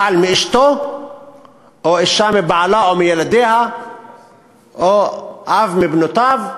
בעל מאשתו או אישה מבעלה או מילדיה או אב מבנותיו.